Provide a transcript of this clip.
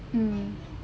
mm